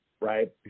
right